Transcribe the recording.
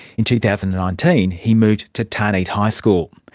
in two thousand and nineteen, he moved to tarnheit high school.